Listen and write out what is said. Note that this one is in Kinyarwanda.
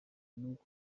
n’uko